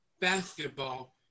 basketball